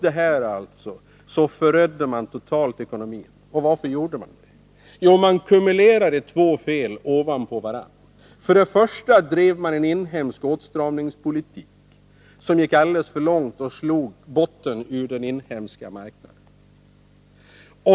Trots detta förödde man ekonomin totalt. Varför? Jo, man kumulerade två fel ovanpå varandra: För det första drev man en åtstramningspolitik som gick alldeles för långt och som slog botten ur den inhemska marknaden.